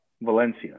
Valencia